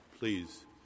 Please